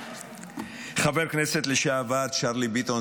חבר הכנסת לשעבר צ'רלי ביטון,